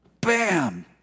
Bam